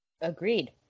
Agreed